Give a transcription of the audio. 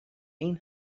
این